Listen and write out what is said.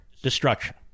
destruction